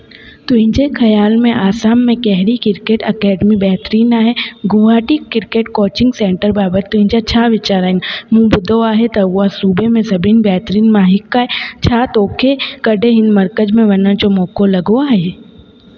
तुंहिंजे ख़्याल में असम में कहिड़ी क्रिकेट अकेडमी बहितरीनु आहे गुवहाटी क्रिकेट कोचिंग सेन्टर बाबति तुंहिंजा छा वीचार आहिनि मूं ॿुधो आहे त उहा सूबे में सभिनी बहितरीन मां हिकु आहे छा तो खे कॾहिं हिन मर्कज़ में वञण जो मौक़ो लॻो आहे